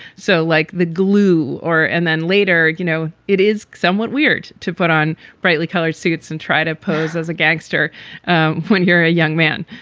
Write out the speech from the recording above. so like the glue or and then later, you know, it is somewhat weird to put on brightly colored suits and try to pose as a gangster when you're a young man.